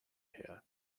here